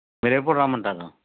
మీరెప్పుడు రమ్మంటారు